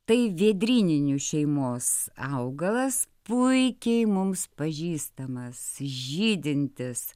tai vėdryninių šeimos augalas puikiai mums pažįstamas žydintis